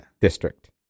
district